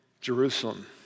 Jerusalem